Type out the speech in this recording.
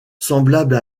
semblable